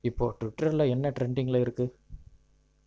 இப்போது ட்விட்டர்ல என்ன ட்ரெண்டிங்ல இருக்குது